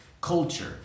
culture